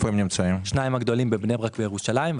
השניים הגדולים נמצאים בבני ברק ובירושלים,